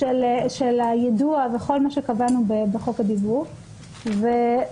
של היידוע וכל מה שקבענו בחוק הדיוור ופשוט